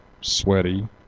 Sweaty